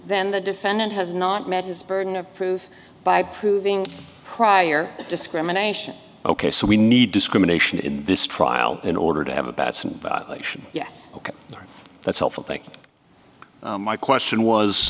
then the defendant has not met his burden of proof by proving prior discrimination ok so we need discrimination in this trial in order to have a betson yes ok that's helpful thing my question was